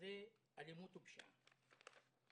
וזה אלימות ופשיעה.